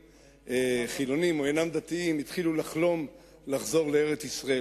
חילונים או אינם דתיים התחילו לחלום לחזור לארץ-ישראל.